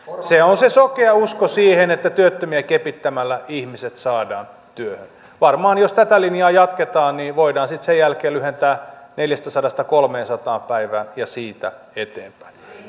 se on se sokea usko siihen että työttömiä kepittämällä ihmiset saadaan työhön varmaan jos tätä linjaa jatketaan voidaan sitten sen jälkeen lyhentää aikaa neljästäsadasta kolmeensataan päivään ja siitä eteenpäin